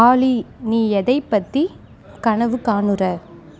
ஆலி நீ எதை பற்றி கனவு காணுற